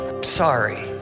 Sorry